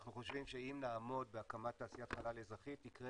אנחנו חושבים שאם נעמוד בהקמת תעשיית חלל אזרחית יקרה